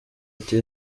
ati